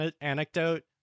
anecdote